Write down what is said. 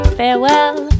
farewell